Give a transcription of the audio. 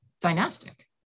dynastic